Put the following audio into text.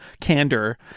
candor